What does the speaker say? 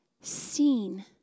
seen